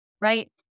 Right